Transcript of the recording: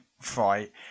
fight